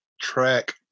track